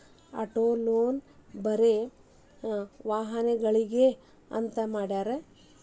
auto loan ಬರೆ ವಾಹನಗ್ಳಿಗೆ ಅಂತ್ ಮಾಡ್ಯಾರ